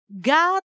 God